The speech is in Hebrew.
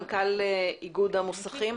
מנכ"ל איגוד המוסכים.